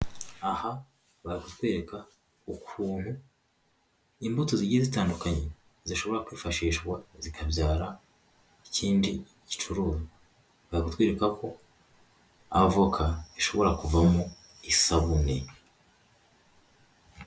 Aha bari kutwereka ukuntu imbuto zigiye zitandukanye, zishobora kwifashishwa zikabyara ikindi gicuruzwa, bari kutwereka ko avoka ishobora kuvamo isabuni.